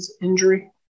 injury